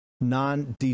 Non